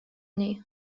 niej